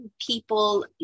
people